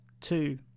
two